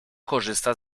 korzysta